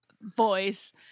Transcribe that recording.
voice